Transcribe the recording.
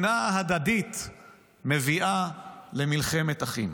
שנאה הדדית מביאה למלחמת אחים.